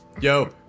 Yo